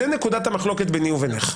זאת נקודת המחלוקת ביני לבינך.